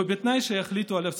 ובתנאי שיחליטו על הסבסוד.